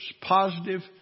positive